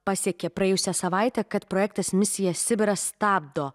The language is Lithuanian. pasiekė praėjusią savaitę kad projektas misija sibiras stabdo